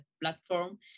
platform